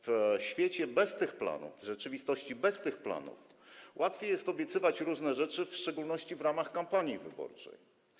W świecie bez tych planów, w rzeczywistości bez tych planów łatwiej jest obiecywać różne rzeczy, w szczególności w ramach kampanii wyborczej.